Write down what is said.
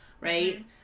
right